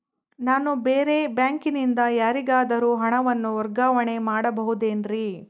ನಾನು ಬೇರೆ ಬ್ಯಾಂಕಿನಿಂದ ಯಾರಿಗಾದರೂ ಹಣವನ್ನು ವರ್ಗಾವಣೆ ಮಾಡಬಹುದೇನ್ರಿ?